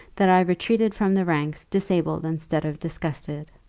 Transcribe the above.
that i retreated from the ranks disabled instead of disgusted.